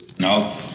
No